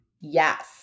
Yes